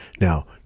Now